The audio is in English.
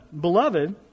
Beloved